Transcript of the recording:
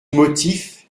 motif